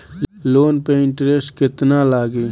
Loan पे interest केतना लागी?